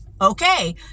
Okay